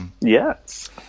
Yes